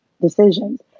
decisions